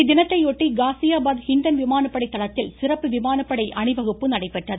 இத்தினத்தையொட்டி காஸியாபாத் ஹிண்டன் விமானப்படை தளத்தில் சிறப்பு விமானப்படை அணிவகுப்பு நடைபெற்றது